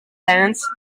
plants